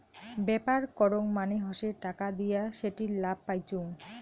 ব্যাপার করং মানে হসে টাকা দিয়া সেটির লাভ পাইচুঙ